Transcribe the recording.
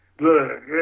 look